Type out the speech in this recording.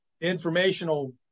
informational